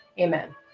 Amen